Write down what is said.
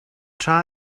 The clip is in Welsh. tra